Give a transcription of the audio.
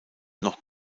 noch